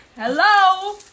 Hello